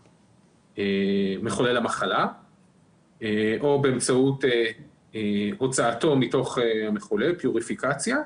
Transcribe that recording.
מחולל המחלה או באמצעות הוצאתו מתוך מחולל כי הוא רפיקציה,